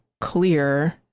clear